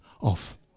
off